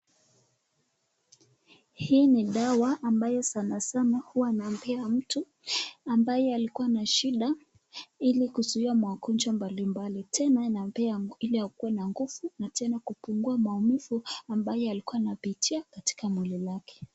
Hii ni dawa ambayo sana sana huwa nambea mtu ambaye alikuwa na shida hili kuzuia magonjwa mbalimbali tena inapea hili akue nguvu na tena kubungua maumivu ambaye alikuwa anapitia katika mwili wake.